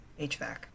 HVAC